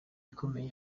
ikomeye